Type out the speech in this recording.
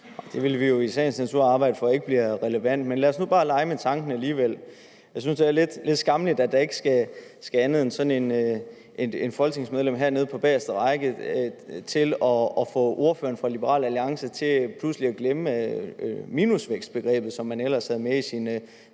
Det vil vi jo i sagens natur arbejde for ikke bliver relevant, men lad os nu bare lege med tanken alligevel. Jeg synes, at det er lidt skammeligt, at der ikke skal andet end sådan et folketingsmedlem hernede på bageste række til at få ordføreren fra Liberal Alliance til pludselig at glemme minusvækstbegrebet, som han ellers havde med i sin